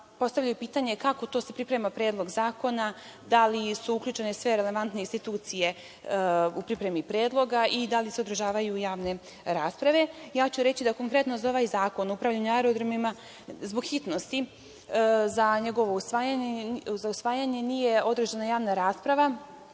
postavljaju pitanje - kako se priprema predlog zakona, da li su uključene sve relevantne institucije u pripremi predloga i da li se održavaju javne rasprave? Reći ću konkretno da za ovaj Zakon o upravljanju aerodromima, zbog hitnosti za njegovo usvajanje, nije održana javna rasprava,